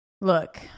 Look